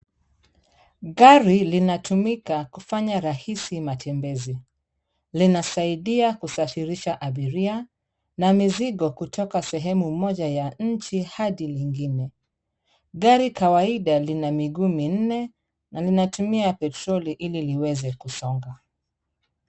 Gari linatumika kufanya rahisi matembezi. Linasaidia kusafirisha abiria na mizigo kutoka sehemu moja ya nchi hadi lingine. Gari kawaida lina miguu minne na linatumia petroli ili liweze kusonga.